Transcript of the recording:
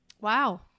wow